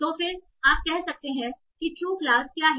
तो फिर आप कह सकते हैं कि टरु क्लास क्या है